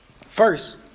first